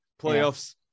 Playoffs